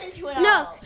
no